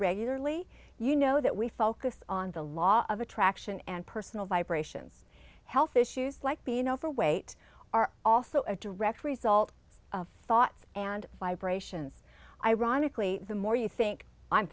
regularly you know that we focus on the law of attraction and personal vibration health issues like being overweight are also a direct result of thoughts and vibrations ironically the more you think i'm